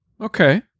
okay